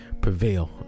prevail